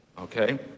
Okay